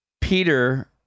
Peter